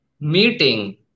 meeting